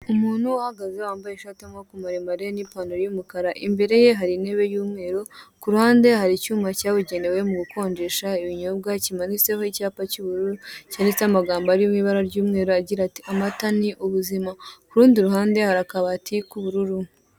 Umuntu uhagaze wambaye ishati y'amaboko maremare n'ipantaro y'umukara imbere ye hari intebe yumweru kuruhande hari icyuma cyabugewe mu gukonjesha ibinyobwa kimanitseho icyapa cy'ubururu, cyanditseho amagambo ari mu ibara ry'umweru agira ati" amata ni ubuzima". Kurundi ruhande hari akabati k'ubururu.